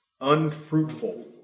unfruitful